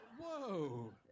Whoa